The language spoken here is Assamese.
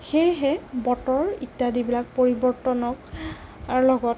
সেয়েহে বতৰ ইত্য়াদিবিলাক পৰিৱৰ্তনৰ লগত